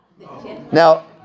Now